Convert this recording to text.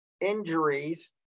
injuries